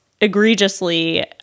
egregiously